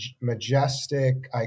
majestic